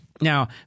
now